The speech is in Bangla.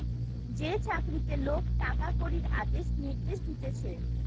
যে চাকরিতে লোক টাকা কড়ির আদেশ নির্দেশ দিতেছে